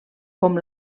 com